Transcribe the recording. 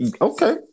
Okay